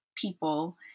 people